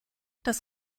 das